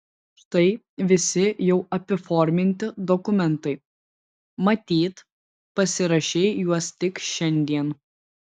štai visi jau apiforminti dokumentai matyt pasirašei juos tik šiandien